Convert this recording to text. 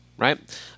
right